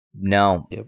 No